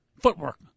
footwork